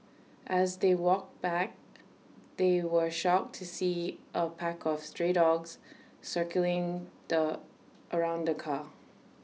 as they walked back they were shocked to see A pack of stray dogs circling the around car